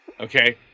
Okay